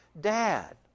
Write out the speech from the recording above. Dad